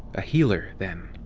a healer, then.